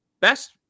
best